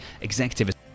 Executive